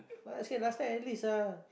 basket last time at least ah